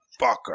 fucker